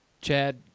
Chad